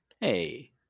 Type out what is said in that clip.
hey